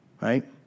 Right